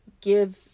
Give